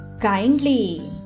kindly